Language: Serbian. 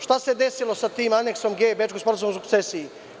Šta se desilo sa tim Aneksom „G“ Bečkog sporazuma o sukcesiji?